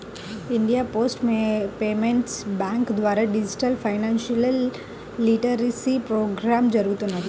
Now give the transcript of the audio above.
India post payments bank ద్వారా digital financial literacy programme జరుగుతున్నది